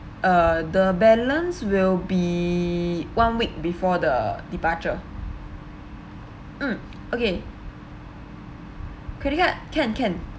uh the balance will be one week before the departure mm okay credit card can can